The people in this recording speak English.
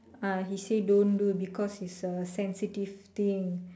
ah he say don't do because is a sensitive thing